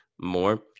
more